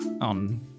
on